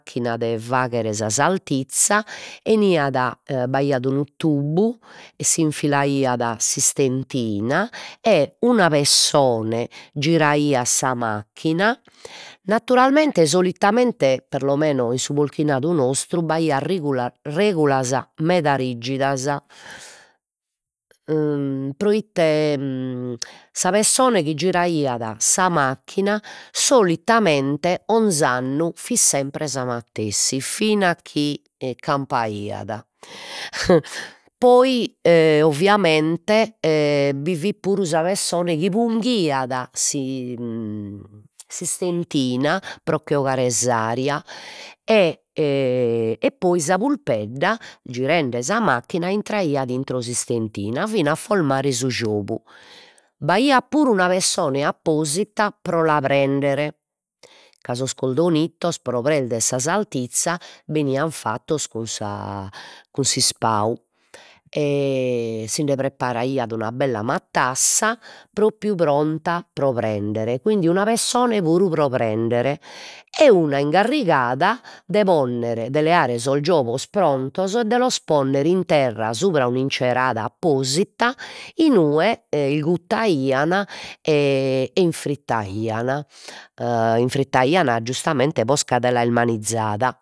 Cchina de fagher sa saltizza 'eniat e b'aiat unu tubbu e s'infilaiat s'istentina e una pessona giraiat sa macchina, naturalmente solitamente per lo meno in su polchinadu nostru b'aiat regulas meda riggidas proite sa pessona chi giraiat sa macchina solitamente 'onz'annu fit sempre sa matessi fina a chi e campaiat poi e ovviamente e bi fit puru sa pessona chi punghiat si s'istentina pro che 'ogare s'aria e e poi sa pulpedda girende sa macchina intraiat intro s'istentina, fina a formare su giogu, b'aiat puru una pessona apposita pro la prendere, ca sos coldonittos pro prender sa saltizza benian fattos cun sa cun s'ispau sinde preparaiat una bella matassa propriu pronta, pro prendere e quindi una pessona puru pro prendere e una ingarrigada de ponner de leare sos giogos prontos, e de los ponner in terra subra un'incherada apposita inue e isguttaian infrittaian a infrittaian giustamente posca de l'aer manizzada